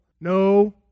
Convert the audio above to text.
No